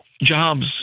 Jobs